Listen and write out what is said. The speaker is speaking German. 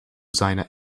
seiner